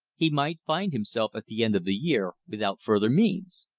he might find himself at the end of the year without further means.